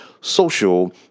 social